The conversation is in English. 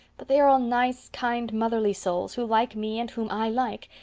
but they are all nice, kind, motherly souls, who like me and whom i like,